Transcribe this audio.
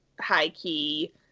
high-key